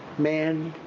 man,